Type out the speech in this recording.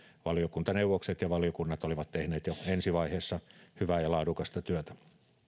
valiokuntaneuvokset ja valiokunnat olivat tehneet jo ensi vaiheessa hyvää ja laadukasta työtä